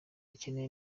ikeneye